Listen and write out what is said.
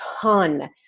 ton